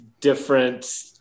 different